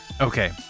Okay